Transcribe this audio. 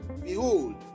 behold